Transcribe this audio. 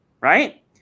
right